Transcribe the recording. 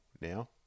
now